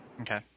Okay